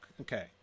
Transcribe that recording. okay